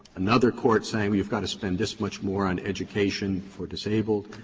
another court saying you have got to spend this much more on education for disabled,